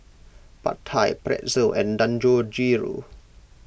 Pad Thai Pretzel and Dangojiru